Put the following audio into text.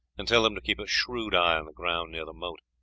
and tell them to keep a shrewd eye on the ground near the moat,